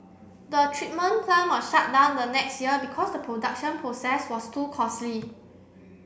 the treatment plant was shut down the next year because the production process was too costly